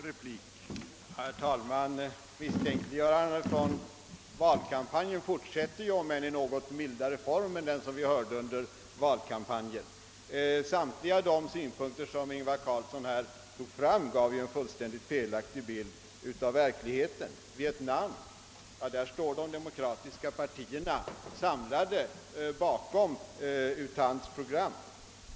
Herr talman! Misstänkliggörandena från valkampanjen fortsätter, om än i något mildare form än den som tillämpades under valkampanjen. Samtliga de synpunkter som herr Carlsson i Tyresö förde fram gav ju en felaktig bild av verkligheten. Beträffande Vietnam står de demokratiska partierna samlade bakom U Thants program.